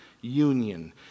union